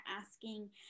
asking